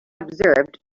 observed